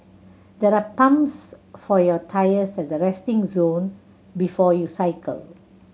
there are pumps for your tyres at the resting zone before you cycle